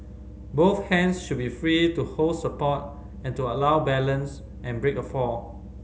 both hands should be free to hold support and to allow balance and break a fall